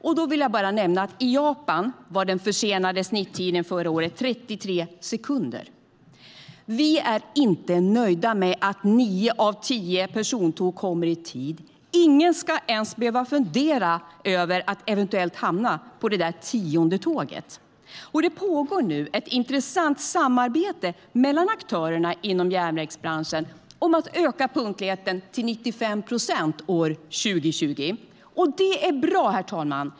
Jag vill bara nämna att i Japan var den försenade snittiden förra året 33 sekunder. Vi är inte nöjda med att nio av tio persontåg kommer i tid. Ingen ska ens behöva fundera över att eventuellt hamna på det där tionde tåget. Det pågår nu ett intressant samarbete mellan aktörerna inom järnvägsbranschen om att öka punktligheten till 95 procent år 2020. Det är bra, herr talman.